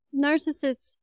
narcissists